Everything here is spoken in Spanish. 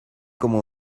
como